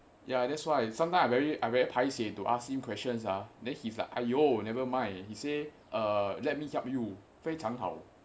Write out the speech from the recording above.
ya that's why sometimes I very I very paiseh to ask him questions ah then he's like !aiyo! nevermind he say err let me help you 非常好